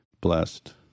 blessed